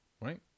right